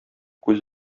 күз